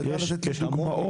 אתה יכול לתת דוגמאות?